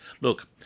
Look